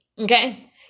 okay